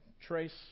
trace